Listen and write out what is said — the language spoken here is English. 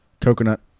coconut